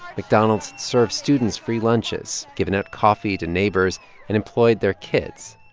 mcdonald's served students free lunches, given out coffee to neighbors and employed their kids